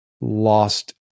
lost